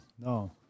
No